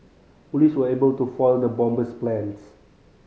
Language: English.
police were able to foil the bomber's plans